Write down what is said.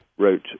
wrote